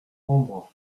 embrun